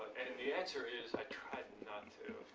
and the answer is i tried not to